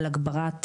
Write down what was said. על הגברת